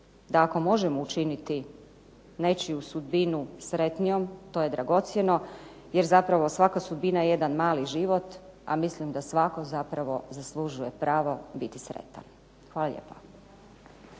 da ako možemo učiniti nečiju sudbinu sretnijom to je dragocjeno, jer zapravo svaka sudbina je jedan mali život a mislim da svatko zapravo zaslužuje pravo biti sretan. Hvala lijepa.